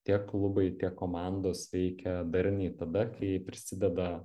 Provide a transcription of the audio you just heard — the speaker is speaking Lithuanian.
tiek klubai tiek komandos veikia darniai tada kai prisideda